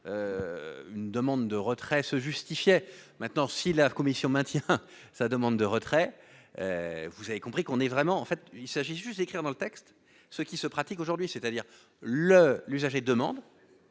une demande de retrait se justifiait maintenant si la Commission maintient sa demande de retrait, vous avez compris qu'on est vraiment en fait il s'agit juste d'écrire dans le texte, ce qui se pratique aujourd'hui, c'est-à-dire leur l'usage demande